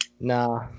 Nah